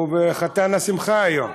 הוא חתן השמחה היום.